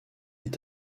est